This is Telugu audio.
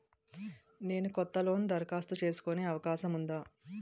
నేను కొత్త లోన్ దరఖాస్తు చేసుకునే అవకాశం ఉందా?